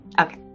Okay